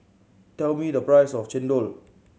tell me the price of chendol